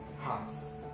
hearts